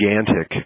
gigantic